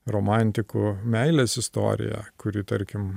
romantikų meilės istorija kuri tarkim